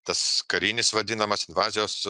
tas karinis vadinamas invazijos